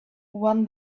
one